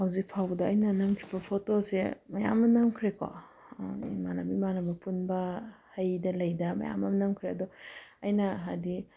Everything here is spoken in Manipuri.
ꯍꯧꯖꯤꯛ ꯐꯥꯎꯕꯗ ꯑꯩꯟ ꯅꯝꯈꯤꯕ ꯐꯣꯇꯣꯁꯦ ꯃꯌꯥꯝ ꯑꯃ ꯅꯝꯈ꯭ꯔꯦꯀꯣ ꯏꯃꯥꯟꯅꯕꯤ ꯏꯃꯥꯟꯅꯕ ꯄꯨꯟꯕ ꯍꯩꯗ ꯂꯩꯗ ꯃꯌꯥꯝ ꯑꯝ ꯅꯝꯈ꯭ꯔꯦ ꯑꯗꯣ ꯑꯩꯅ ꯍꯥꯏꯗꯤ